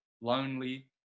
lonely